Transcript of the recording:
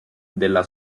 della